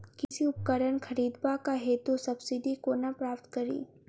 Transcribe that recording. कृषि उपकरण खरीदबाक हेतु सब्सिडी कोना प्राप्त कड़ी?